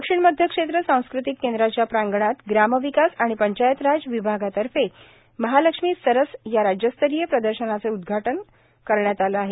दक्षिण मध्य क्षेत्र सांस्कृतिक केंद्राच्या प्रांगणात ग्राम विकास आणि पंचायत राज विभागातर्फे महालक्ष्मी सरस या राज्यस्तरीय प्रदर्शनीचे आयोजन करण्यात आले आहे